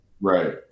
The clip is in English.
right